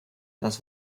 dies